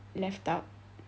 left out